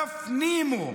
תפנימו,